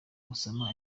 osama